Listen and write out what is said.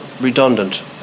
redundant